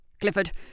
Clifford